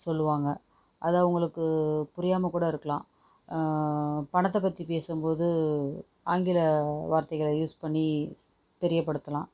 சொல்லுவாங்க அது உங்களுக்கு புரியாமல் கூட இருக்கலாம் படத்தை பற்றி பேசும்போது ஆங்கில வார்த்தைகளை யூஸ் பண்ணி தெரியப்படுத்தலாம்